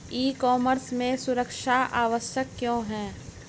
E commerce में सुरक्षा आवश्यक क्यों है?